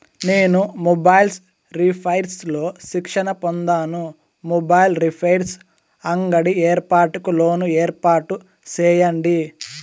నేను mobiles repairs లో శిక్షణ పొందాను, మొబైల్ రిపైర్స్ అంగడి ఏర్పాటుకు లోను ఏర్పాటు సేయండి?